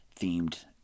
themed